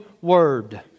word